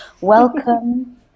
Welcome